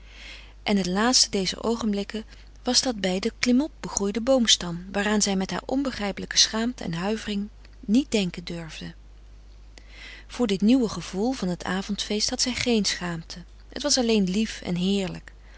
en het laatste dezer oogenblikken was dat bij den klimop begroeiden boomstam waaraan zij met een haar onbegrijpelijke schaamte en huivering niet denken durfde voor dit nieuwe gevoel van het avondfeest had zij geen schaamte het was alleen lief en heerlijk